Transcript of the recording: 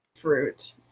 fruit